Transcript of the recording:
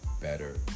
Better